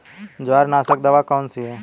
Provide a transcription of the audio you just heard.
जवार नाशक दवा कौन सी है?